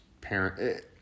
parent